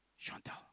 Chantal